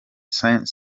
saint